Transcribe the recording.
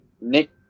Nick